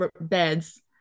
beds